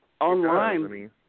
Online